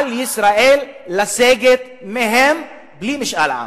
ועל ישראל לסגת מהם בלי משאל עם.